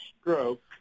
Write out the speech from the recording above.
stroke